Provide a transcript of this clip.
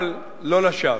אבל לא לשווא,